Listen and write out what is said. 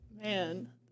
Man